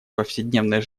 повседневной